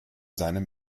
seinem